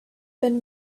been